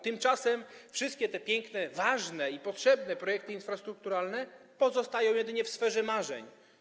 Tymczasem wszystkie te piękne, ważne i potrzebne projekty infrastrukturalne pozostają jedynie w sferze marzeń.